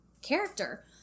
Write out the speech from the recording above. character